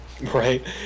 Right